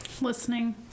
listening